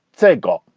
say golf.